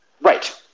Right